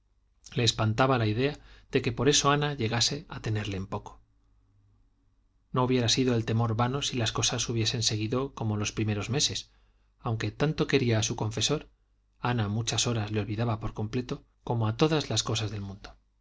le espantaba la idea de que por eso ana llegase a tenerle en poco no hubiera sido el temor vano si las cosas hubiesen seguido como los primeros meses aunque tanto quería a su confesor ana muchas horas le olvidaba por completo como a todas las cosas del mundo